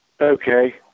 Okay